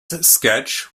sketch